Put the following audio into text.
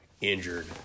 injured